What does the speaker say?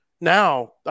Now